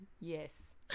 yes